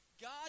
God